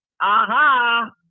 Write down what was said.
aha